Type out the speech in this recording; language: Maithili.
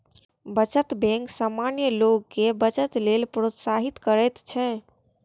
बचत बैंक सामान्य लोग कें बचत लेल प्रोत्साहित करैत छैक